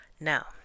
Now